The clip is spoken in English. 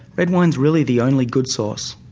red wine's really the only good source,